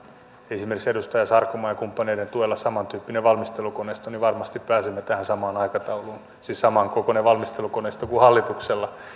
esimerkiksi edustaja sarkomaan ja kumppaneiden tuella samantyyppinen valmistelukoneisto niin varmasti pääsemme tähän samaan aikatauluun siis samankokoinen valmistelukoneisto kuin hallituksella